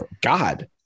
God